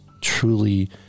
truly